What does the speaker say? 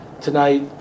tonight